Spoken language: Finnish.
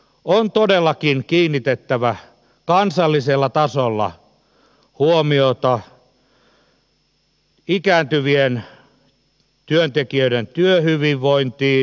on todellakin kiinnitettävä kansallisella tasolla huomiota ikääntyvien työntekijöiden työhyvinvointiin